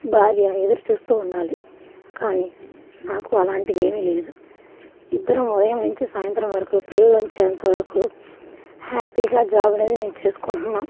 భార్య ఎదురుచూస్తూ ఉండాలి కానీ నాకు అలాంటిదేమీ లేదు ఇద్దరము ఉదయం నుంచి సాయంత్రం వరకు పిల్లలు వచ్చేంత వరకు హ్యాపీగా జాబ్ అనేది మేము చేసుకుంటున్నాము